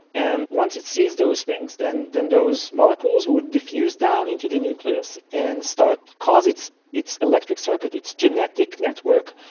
and once it sees those things than than those molecules would diffuse down into the nucleus and cause its its electric circuit, its genetic network,